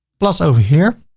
plus over here,